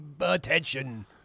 attention